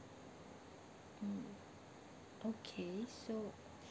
mm okay so